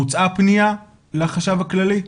בוצעה פנייה לחשב הכללי?